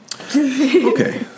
Okay